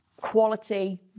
quality